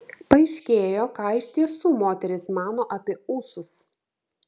paaiškėjo ką iš tiesų moterys mano apie ūsus